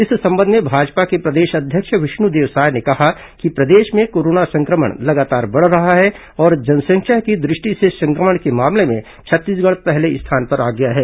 इस संबंध में भाजपा के प्रदेश अध्यक्ष विष्णुदेव साय ने कहा कि प्रदेश में कोरोना संक्रमण लगातार बढ़ रहा है और जनसंख्या की दृष्टि से संक्रमण के मामले में छत्तीसगढ़ पहले स्थान पर आ गया है